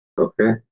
Okay